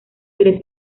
tres